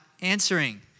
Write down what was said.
answering